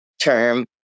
term